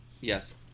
Yes